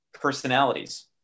personalities